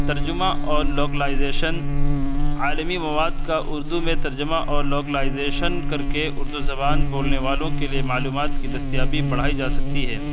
ترجمہ اور لوکلائیزیشن عالمی مواد کا اردو میں ترجمہ اور لوکلائیزیشن کر کے اردو زبان بولنے والوں کے لیے معلومات کی دستیابی بڑھائی جا سکتی ہے